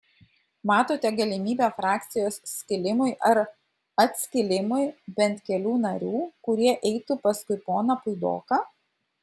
matote galimybę frakcijos skilimui ar atskilimui bent kelių narių kurie eitų paskui poną puidoką